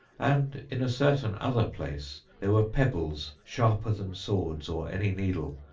and in a certain other place there were pebbles sharper than swords or any needle,